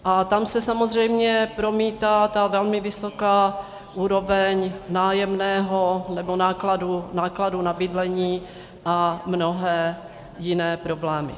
A tam se samozřejmě promítá velmi vysoká úroveň nájemného nebo nákladů na bydlení a mnohé jiné problémy.